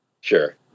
Sure